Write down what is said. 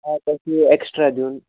آ تۄہہِ پیٚیِوٕ اٮ۪کٕسٹرٛا دیُن